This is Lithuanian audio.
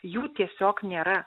jų tiesiog nėra